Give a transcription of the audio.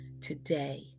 Today